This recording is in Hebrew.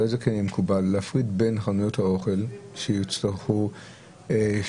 אולי זה יהיה מקובל להפריד בין חנויות האוכל שיצטרכו שומר.